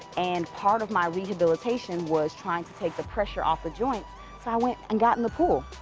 and part of my rehabilitation was trying to take the pressure off the joints, so i went and got in the pool.